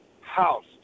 house